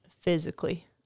physically